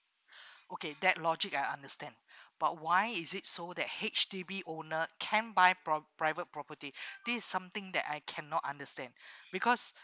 okay that logic I understand but why is it so that H_D_B owner can't buy pro~ private property this is something that I cannot understand because